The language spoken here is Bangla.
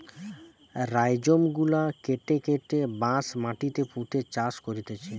রাইজোম গুলা কেটে কেটে বাঁশ মাটিতে পুঁতে চাষ করতিছে